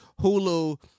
Hulu